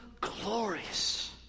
glorious